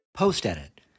Post-edit